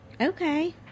Okay